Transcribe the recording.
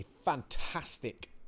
fantastic